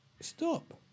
Stop